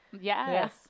Yes